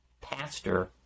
pastor